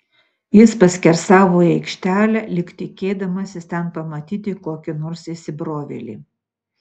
jis paskersavo į aikštelę lyg tikėdamasis ten pamatyti kokį nors įsibrovėlį